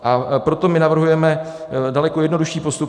A proto my navrhujeme daleko jednodušší postup.